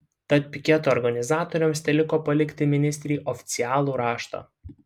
tad piketo organizatoriams teliko palikti ministrei oficialų raštą